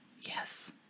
yes